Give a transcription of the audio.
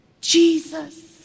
Jesus